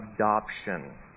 adoption